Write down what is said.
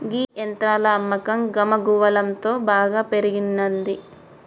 గీ యంత్రాల అమ్మకం గమగువలంతో బాగా పెరిగినంది